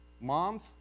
Moms